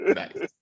nice